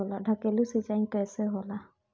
ढकेलु सिंचाई कैसे होला?